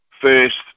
first